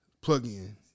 Plug-in